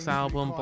album